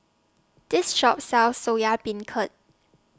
This Shop sells Soya Beancurd